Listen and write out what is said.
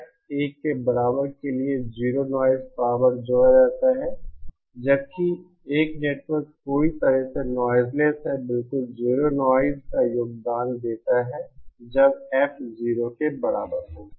F 1 के बराबर के लिए 0 नॉइज़ पावर जोड़ा जाता है जब कि एक नेटवर्क पूरी तरह से नॉइज़लेस है बिल्कुल 0 नॉइज़ का योगदान देता है जब F 0 के बराबर होगा